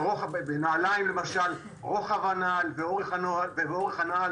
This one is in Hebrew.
בנעליים למשל זה רוחב הנעל ואורך הנעל.